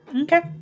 Okay